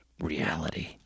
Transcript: reality